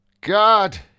God